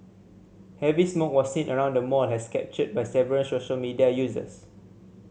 heavy smoke was seen around the mall as captured by several social media users